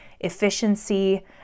efficiency